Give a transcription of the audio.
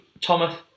Thomas